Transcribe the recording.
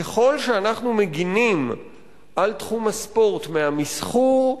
ככל שאנחנו מגינים על תחום הספורט מהמסחור,